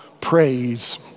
praise